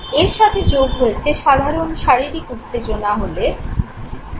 এর সাথে যোগ হয়েছে সাধারণ শারীরিক উত্তেজনা হলে তারপর সেটার উপলব্ধি হয়